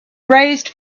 raised